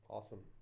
Awesome